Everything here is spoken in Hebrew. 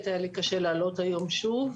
היה לי קשה לעלות היום שוב.